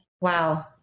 Wow